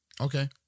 Okay